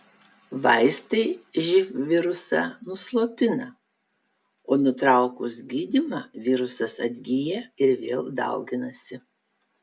vaistai živ virusą nuslopina o nutraukus gydymą virusas atgyja ir vėl dauginasi